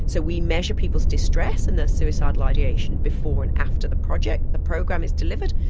so we measure people's distress and their suicidal ideation before and after the project, the program is delivered.